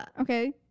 Okay